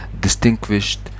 Distinguished